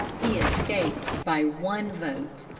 he escaped by one vote.